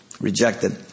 rejected